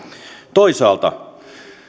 toisaalta